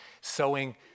sowing